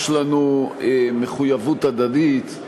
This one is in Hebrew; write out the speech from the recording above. יש לנו מחויבות הדדית.